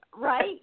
right